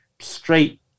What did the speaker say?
straight